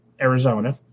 Arizona